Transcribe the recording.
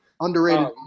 underrated